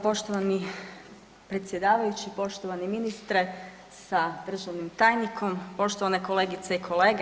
Poštovani predsjedavajući, poštovani ministre sa državnim tajnikom, poštovane kolegice i kolege.